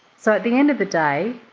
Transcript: so at the end of the day,